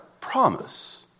promise